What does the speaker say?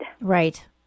Right